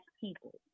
people